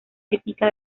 típica